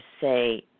say